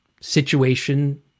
situation